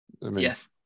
Yes